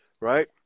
right